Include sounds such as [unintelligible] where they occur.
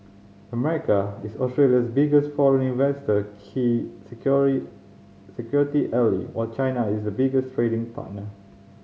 America is Australia's biggest foreign investor key [unintelligible] security ally while China is a biggest trading partner